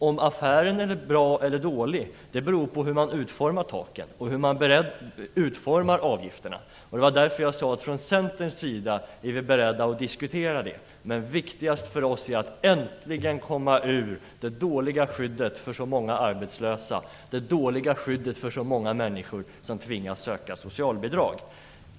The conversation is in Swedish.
Om affären är bra eller dålig beror på hur man utformar taken och avgifterna. Det var därför jag sade att vi från Centerns sida är beredda att diskutera utformningen. Men viktigast för oss är att äntligen komma ifrån det dåliga skyddet för så många arbetslösa, det dåliga skyddet för så många människor som tvingas söka socialbidrag.